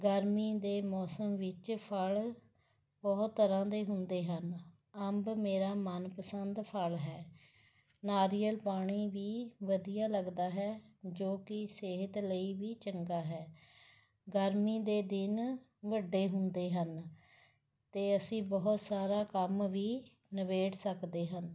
ਗਰਮੀ ਦੇ ਮੌਸਮ ਵਿੱਚ ਫਲ਼ ਬਹੁਤ ਤਰ੍ਹਾਂ ਦੇ ਹੁੰਦੇ ਹਨ ਅੰਬ ਮੇਰਾ ਮਨਪਸੰਦ ਫਲ਼ ਹੈ ਨਾਰੀਅਲ ਪਾਣੀ ਵੀ ਵਧੀਆ ਲੱਗਦਾ ਹੈ ਜੋ ਕਿ ਸਿਹਤ ਲਈ ਵੀ ਚੰਗਾ ਹੈ ਗਰਮੀ ਦੇ ਦਿਨ ਵੱਡੇ ਹੁੰਦੇ ਹਨ ਅਤੇ ਅਸੀਂ ਬਹੁਤ ਸਾਰਾ ਕੰਮ ਵੀ ਨਿਬੇੜ ਸਕਦੇ ਹਨ